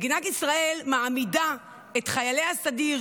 מדינת ישראל מעמידה את חיילי הסדיר,